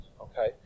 Okay